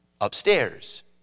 upstairs